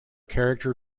character